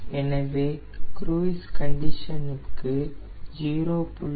எனவே எனது cruise condition க்கு 0